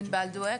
ענבל דואק,